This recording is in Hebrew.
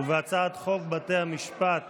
ובהצעת חוק בתי המשפט